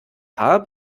haar